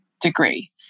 degree